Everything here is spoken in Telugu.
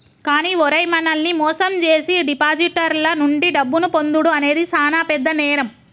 కానీ ఓరై మనల్ని మోసం జేసీ డిపాజిటర్ల నుండి డబ్బును పొందుడు అనేది సాన పెద్ద నేరం